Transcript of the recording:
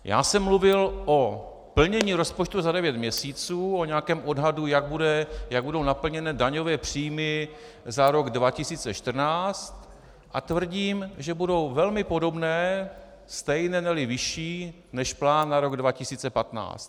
Já jsem mluvil o plnění rozpočtu za devět měsíců, o nějakém odhadu, jak budou naplněné daňové příjmy za rok 2014, a tvrdím, že budou velmi podobné, stejné neli vyšší než plán na rok 2015.